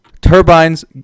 Turbine's